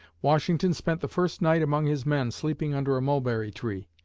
washington spent the first night among his men sleeping under a mulberry tree.